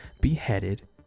beheaded